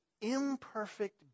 imperfect